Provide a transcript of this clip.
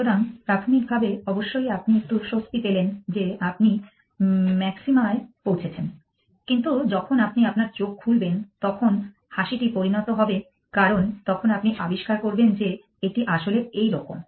সুতরাং প্রাথমিকভাবে অবশ্যই আপনি একটু স্বস্তি পেলেন যে আপনি ম্যাক্সিমায় পৌঁছেছেন কিন্তু যখন আপনি আপনার চোখ খুলবেন তখন হাসিটি পরিণত হবে কারণ তখন আপনি আবিষ্কার করবেন যে এটি আসলে এইরকম